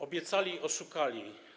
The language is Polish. Obiecali, oszukali.